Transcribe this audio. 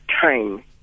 time